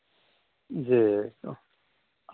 जी तो